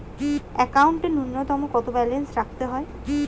একাউন্টে নূন্যতম কত ব্যালেন্স রাখতে হবে?